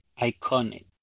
iconic